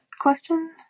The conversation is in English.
question